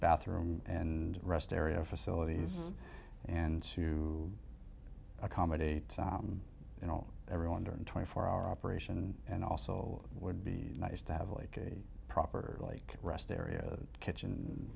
bathroom and rest area facilities and to accommodate you know everyone during twenty four hour operation and also would be nice to have like a proper like rest area a kitchen